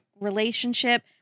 relationship